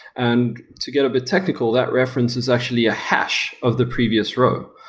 and to get a bit technical, that reference is actually a hash of the previous row.